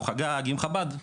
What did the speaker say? הוא חגג עם חב"ד.